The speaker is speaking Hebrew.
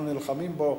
אנחנו נלחמים בו,